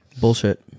Bullshit